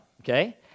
okay